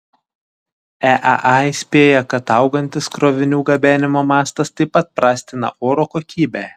eaa įspėja kad augantis krovinių gabenimo mastas taip pat prastina oro kokybę